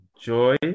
Joy